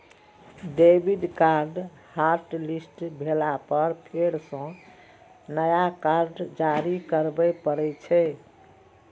debit card hotlist भेला पर फेर सं नया कार्ड जारी करबे पड़ै छै